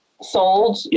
sold